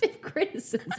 criticism